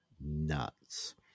nuts